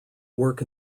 work